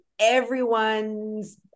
everyone's